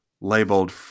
labeled